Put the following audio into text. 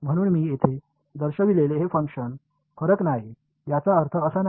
म्हणून मी येथे दर्शविलेले हे फंक्शन फरक नाही याचा अर्थ असा नाही